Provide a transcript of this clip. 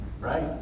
right